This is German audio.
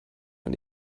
und